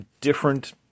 different